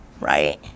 right